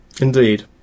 Indeed